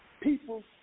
People